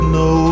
no